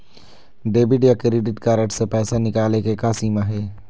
Debit या credit card से पैसा निकाले के का सीमा हे?